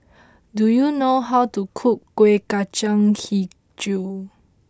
do you know how to cook Kueh Kacang HiJau